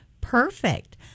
Perfect